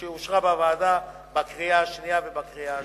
שאושרה בוועדה בקריאה השנייה ובקריאה השלישית.